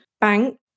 Bank